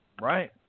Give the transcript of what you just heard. Right